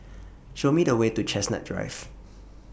Show Me The Way to Chestnut Drive